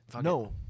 no